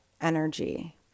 energy